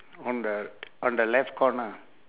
on the on the left corner